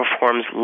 performs